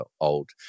old